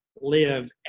live